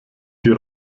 die